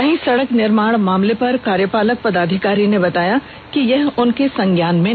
वहीं सड़क निर्माण मामले पर कार्यपालक पदाधिकारी ने बताया कि यह उनके संज्ञान में नहीं था